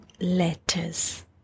letters